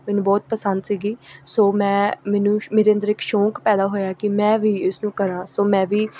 ਮੈਨੂੰ ਬਹੁਤ ਪਸੰਦ ਸੀਗੀ ਸੋ ਮੈਂ ਮੈਨੂੰ ਮੇਰੇ ਅੰਦਰ ਇੱਕ ਸ਼ੌਂਕ ਪੈਦਾ ਹੋਇਆ ਕਿ ਮੈਂ ਵੀ ਉਸਨੂੰ ਕਰਾਂ ਸੋ ਮੈਂ ਵੀ